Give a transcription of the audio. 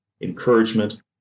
encouragement